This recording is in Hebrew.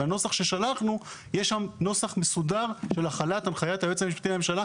בנוסח ששלחנו יש נוסח מסודר של החלת הנחיית היועץ המשפטי לממשלה,